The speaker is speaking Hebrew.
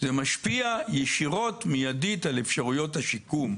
זה משפיע ישירות מיידית על אפשרויות השיקום.